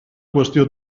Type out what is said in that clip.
qüestió